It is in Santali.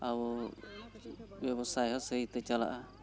ᱟᱵᱚ ᱵᱮᱵᱽᱥᱟ ᱦᱚᱸ ᱥᱟᱹᱦᱤᱛᱮ ᱪᱟᱞᱟᱜᱼᱟ